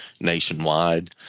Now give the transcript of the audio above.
nationwide